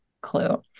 clue